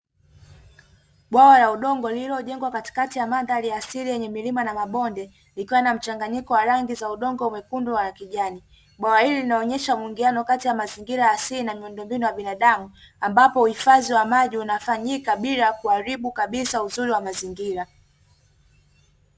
Bwawa la udongo lililojengwa katikati ya mandhari ya asili yenye milima na mabonde likiwa na mchanganyiko wa rangi za udongo mwekundu na wa kijani, bwawa hili linaonyesha muingiliano kati ya mazingira ya asili na miundombinu ya binadamu ambapo uhifadhi wa maji unafanyika bila ya kuharibu kabisa uzuri wa mazingira.